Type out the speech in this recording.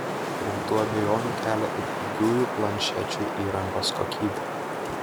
rimtų abejonių kelia ir pigiųjų planšečių įrangos kokybė